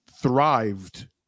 thrived